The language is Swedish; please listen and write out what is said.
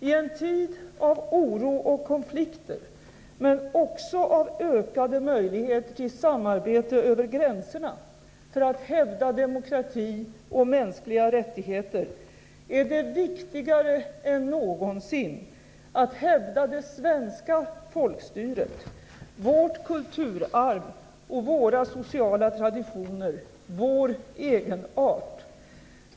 I en tid av oro och konflikter men också av ökade möjligheter till samarbete över gränserna för att hävda demokrati och mänskliga rättigheter är det viktigare än någonsin att hävda det svenska folkstyret, vårt kulturarv och våra sociala traditioner - vår egenart.